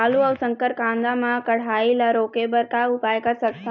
आलू अऊ शक्कर कांदा मा कढ़ाई ला रोके बर का उपाय कर सकथन?